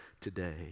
today